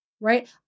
right